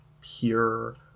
pure